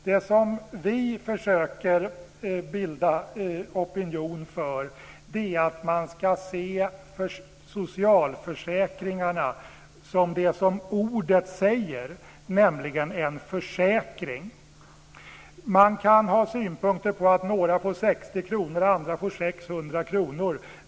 Det som vi försöker att bilda opinion för är att man ska se socialförsäkringarna som det som ordet säger, nämligen en försäkring. Man kan ha synpunkter på att några får 60 kr och andra får 600 kr.